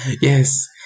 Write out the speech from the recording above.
yes